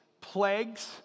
plagues